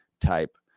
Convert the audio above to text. type